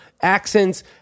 accents